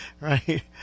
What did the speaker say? right